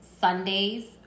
Sundays